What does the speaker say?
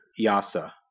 YASA